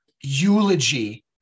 eulogy